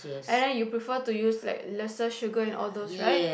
and then you prefer to use like lesser sugar and all those right